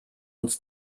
uns